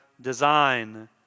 design